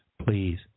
Please